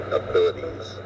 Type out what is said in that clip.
abilities